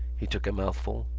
he took a mouthful,